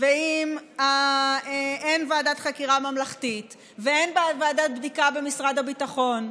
ואם אין ועדת חקירה ממלכתית ואין ועדת בדיקה במשרד הביטחון,